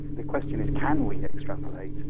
the question is can we extrapolate?